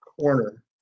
corner